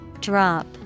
Drop